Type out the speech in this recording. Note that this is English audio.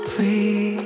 Free